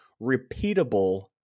repeatable